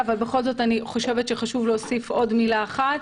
אבל בכל זאת אני חושבת שחשוב להוסיף עוד מילה אחת